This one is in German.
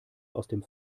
dem